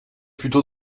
plutôt